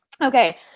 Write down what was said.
Okay